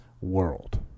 world